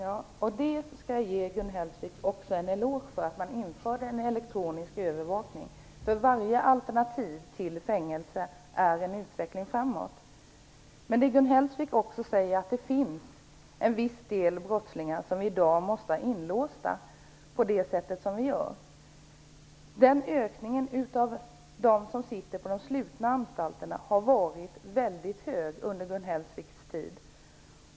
Herr talman! Jag skall ge Gun Hellsvik en eloge för att hon införde en elektronisk övervakning. Varje alternativ till fängelse är en utveckling framåt. Gun Hellsvik säger också att det finns vissa brottslingar som vi i dag måste ha inlåsta. Det har skett en mycket stor ökning av antalet brottslingar på de slutna anstalterna under Gun Hellsviks tid.